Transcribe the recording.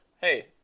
hey